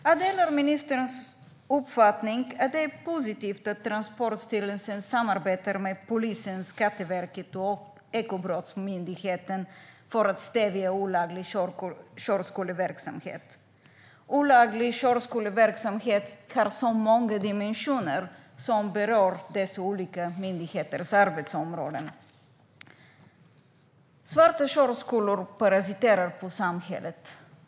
Jag delar ministerns uppfattning att det är positivt att Transportstyrelsen samarbetar med Polisen, Skatteverket och Ekobrottsmyndigheten för att stävja olaglig körskoleverksamhet. Olaglig körskoleverksamhet har många dimensioner som berör dessa myndigheters arbetsområden. Svarta körskolor parasiterar på samhället.